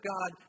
God